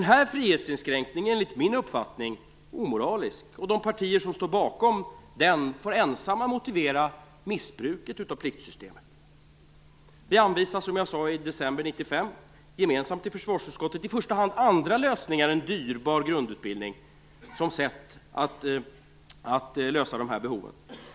Den här frihetsinskränkningen är enligt min uppfattning omoralisk, och de partier som står bakom den får ensamma motivera missbruket av pliktsystemet. Vi anvisar som jag sade i december 1995 gemensamt till försvarsutskottet i första hand andra lösningar än dyrbar grundutbildning som sätt att lösa dessa behov.